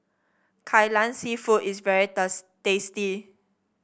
Kai Lan seafood is very tasty